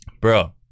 bro